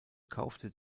kaufte